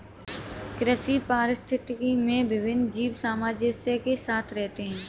कृषि पारिस्थितिकी में विभिन्न जीव सामंजस्य के साथ रहते हैं